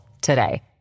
today